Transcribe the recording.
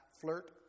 flirt